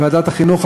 לוועדת החינוך,